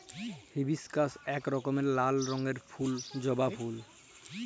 hibiscus ইক রকমের লাল রঙের ফুল জবা ফুল